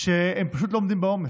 והם פשוט לא עומדים בעומס.